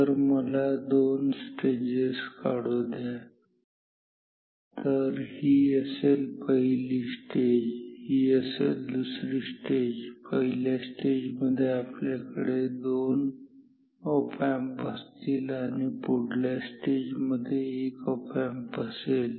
तर मला दोन स्टेजेस काढू द्या तर ही असेल पहिली स्टेज आणि हि असेल दुसरी स्टेज पहिल्या स्टेजमध्ये आपल्याकडे दोन ऑप एम्प असतील आणि पुढल्या स्टेजमध्ये एक ऑप एम्प असेल